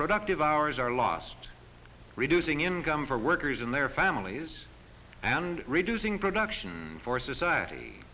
productive hours are lost reducing income for workers and their families and reducing production for society